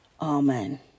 Amen